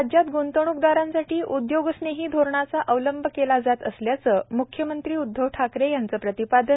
राज्यात ग्रंतवणूकदारांसाठी उद्योगस्नेही धोरणाचा अवलंब केला जात असल्याचं मुख्यमंत्री उदधव ठाकरे यांचे प्रतिपादन